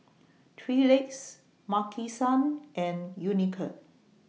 three Legs Maki San and Unicurd